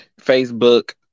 Facebook